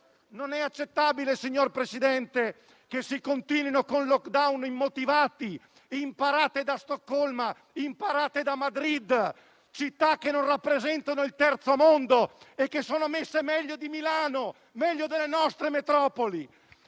Non è accettabile, signor Presidente, che si continui con *lockdown* immotivati. Imparate da Stoccolma, imparate da Madrid, città che non rappresentano il terzo mondo e che sono messe meglio di Milano, meglio delle nostre metropoli.